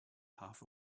half